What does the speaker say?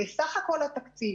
סך כל התקציב